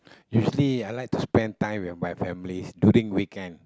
usually I like to spend time with my family during weekend